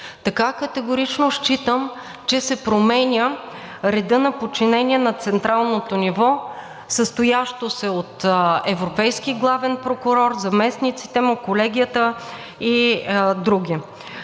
Така категорично считам, че се променя редът на подчинение на централното ниво, състоящо се от европейски главен прокурор, заместниците му, колегията и други.